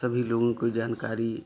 सभी लोगों की जानकारी